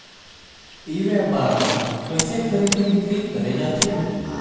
ई व्यापार म कइसे खरीदी बिक्री करे जाथे?